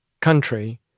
country